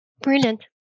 brilliant